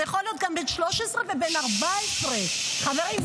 זה יכול להיות גם בן 13 ובן 14. חברים,